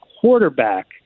quarterback